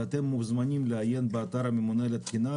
ואתם מוזמנים לעיין באתר הממונה על התקינה.